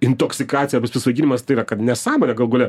intoksikacija arba apsisvaiginimas tai yra kad nesąmonė galų gale